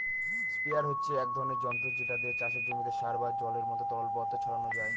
sprayer হচ্ছে এক ধরণের যন্ত্র যেটা দিয়ে চাষের জমিতে সার বা জলের মত তরল পদার্থ ছড়ানো যায়